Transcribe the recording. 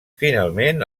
finalment